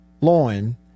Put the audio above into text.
loin